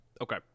Okay